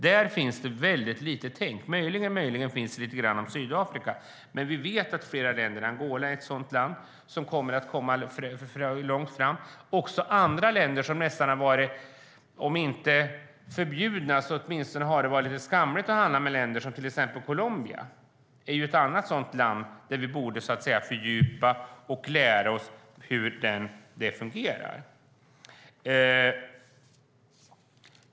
Där finns det väldigt lite tänkt. Möjligen finns det lite grann tänkt om Sydafrika, men vi vet att flera länder, som Angola, kommer att komma längre fram. Det finns länder som det har varit om inte förbjudet så åtminstone skamligt att handla med, till exempel Colombia. Det är ett land som vi borde fördjupa oss i för att lära oss hur det fungerar.